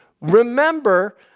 Remember